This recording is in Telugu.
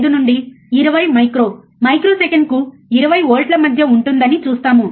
5 నుండి 20 మైక్రో మైక్రోసెకండ్కు 20 వోల్ట్ల మధ్య ఉంటుందని చూస్తాము